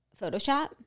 Photoshop